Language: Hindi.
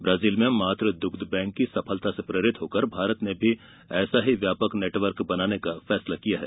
ब्राजील में मातृ दुग्ध बैंक की सफलता से प्रेरित होकर भारत ने भी ऐसा ही व्यापक नेटवर्क बनाने का फैसला किया है